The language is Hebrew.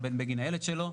בזום,